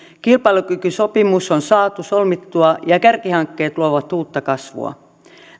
kilpailukykysopimus on saatu solmittua ja kärkihankkeet luovat uutta kasvua